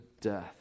death